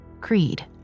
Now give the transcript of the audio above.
Creed